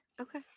Okay